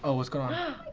oh, what's going on?